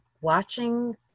watching